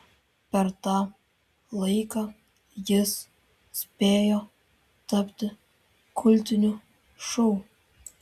per tą laiką jis spėjo tapti kultiniu šou